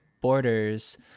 borders